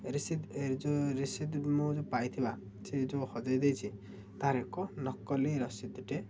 ରିସିଦ ଏ ଯେଉଁ ରିସିଦ ମୁଁ ଯେଉଁ ପାଇଥିବା ସେ ଯେଉଁ ହଜାଇ ଦେଇଛି ତା'ର ଏକ ନକଲି ରସିଦ ଟେ